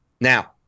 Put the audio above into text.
Now